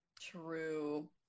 true